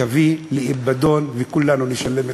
תביא לאבדון, וכולנו נשלם את המחיר.